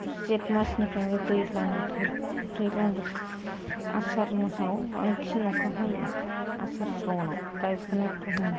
जेतमासनिफ्रायनो दैलां बोथोर दैलां आसार मासाव बांसिन अखा हायो आसार सावोनआव